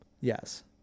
Yes